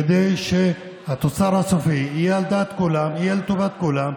כדי שהתוצר הסופי יהיה על דעת כולם ולטובת כולם.